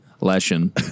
Lesson